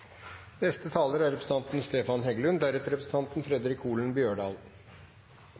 Neste taler er representanten